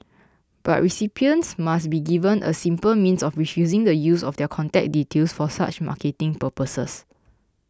but recipients must be given a simple means of refusing the use of their contact details for such marketing purposes